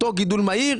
אותו גידול מהיר,